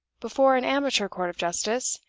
before an amateur court of justice,